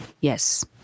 Yes